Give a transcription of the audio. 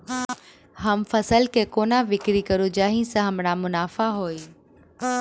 हम फसल केँ कोना बिक्री करू जाहि सँ हमरा मुनाफा होइ?